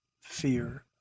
fear